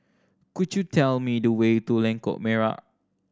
could you tell me the way to Lengkok Merak